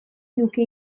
nuke